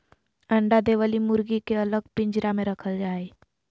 अंडा दे वली मुर्गी के अलग पिंजरा में रखल जा हई